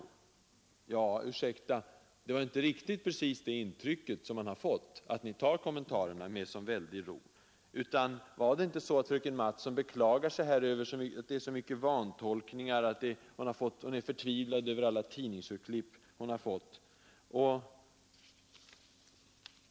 Ja, ursäkta, man har inte precis fått det intrycket, att ni tar dessa kommentarer med sådan Nr 114 väldig ro. Var det inte så att fröken Mattson beklagade sig över att det Torsdagen den förekommit så många vantolkningar och att hon var förtvivlad över alla 9 november 1972 de tidningsurklipp hon hade fått?